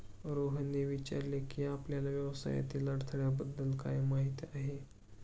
रोहितने विचारले की, आपल्याला व्यवसायातील अडथळ्यांबद्दल काय माहित आहे?